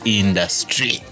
industry